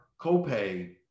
copay